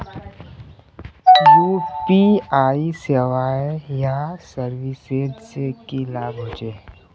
UPI सेवाएँ या services से की लाभ होचे?